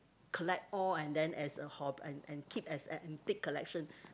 collect all and then as a hobb~ and and keep as antique collection